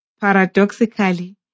Paradoxically